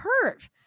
curve